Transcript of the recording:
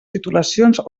titulacions